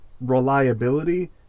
reliability